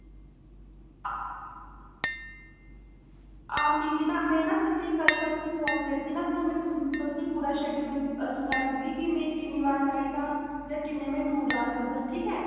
हां मिगी न में ना तुसेंगी कल्ल परसूं फोन करगी ना फिर में तु तुसें ई पूरा शैडयूल सनाई ओड़गी कि में किन्नी बार चाहिदा जां किन्ने में टूर लाने उद्धर ठीक ऐ